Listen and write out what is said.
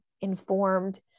informed